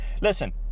listen